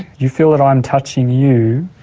you feel that i am touching you